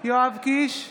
יואב קיש,